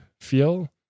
feel